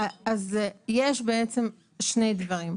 יש בעצם שני דברים: